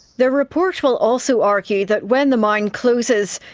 their report will also argue that when the mine closes,